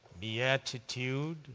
Beatitude